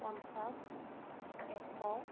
পঞ্চাছ এশ